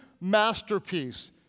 masterpiece